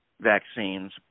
vaccines